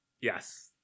Yes